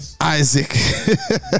Isaac